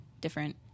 different